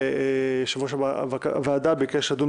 ובשבוע שעבר יושב-ראש הוועדה ביקש לדון